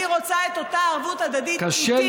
אני רוצה את אותה ערבות הדדית איתי.